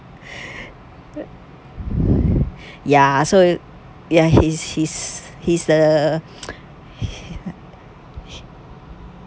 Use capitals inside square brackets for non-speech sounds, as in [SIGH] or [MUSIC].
[BREATH] [NOISE] ya so ya he's he's he's the [NOISE]